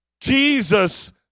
Jesus